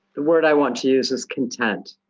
the word i want to use is content.